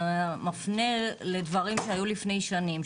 אתה מפנה לדברים שהיו לפני שנים,